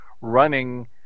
Running